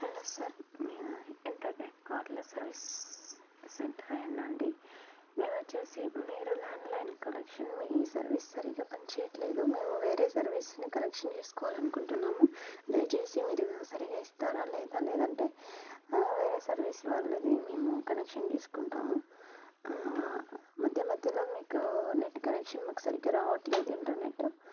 hello sir internet caller service సెంటరేనా అండి మేము వచ్చేసి మీరు ల్యాండ్లైన్ కనెక్షన్ మీ సర్వీస్ సరిగ్గా పనిచేయటం లేదు మేము వేరే సర్వీస్ని కనెక్షన్ చేసుకోవాలని అనుకుంటున్నాము దయచేసి మీరు సరిగా ఇస్తారా లేదా లేదంటే వేరే సర్వీస్ వాళ్ళది మేము కనెక్షన్ తీసుకుంటాము మధ్య మధ్యలో మీకు నెట్ కనెక్షన్ మాకు సరిగ్గా రావట్లేదు ఇంటర్నెట్